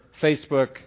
Facebook